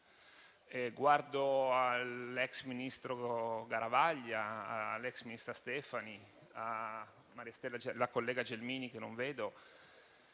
Guardo all'ex ministro Garavaglia, all'ex ministra Stefani, alla collega Gelmini, che non vedo.